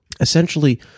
Essentially